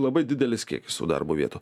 labai didelis kiekis tų darbo vietų